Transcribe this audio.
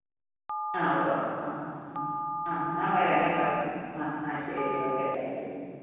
ഉവ്വവ്വവ് ആ അ അ എന്നാൽ വരാം കേട്ടോ ആ അ ശരി ഓക്കെ താങ്ക്യൂ